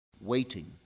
waiting